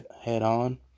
head-on